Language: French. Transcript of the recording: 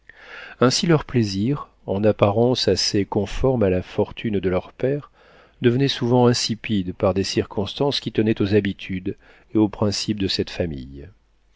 ainsi leurs plaisirs en apparence assez conformes à la fortune de leur père devenaient souvent insipides par des circonstances qui tenaient aux habitudes et aux principes de cette famille